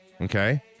Okay